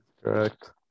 correct